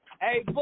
Hey